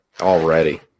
already